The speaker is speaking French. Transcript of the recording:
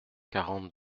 quarante